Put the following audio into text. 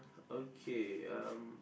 okay um